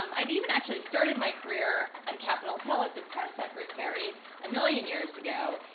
um i'd even actually started my career on capitol hill as a press secretary a million years ago.